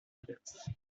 inverse